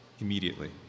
immediately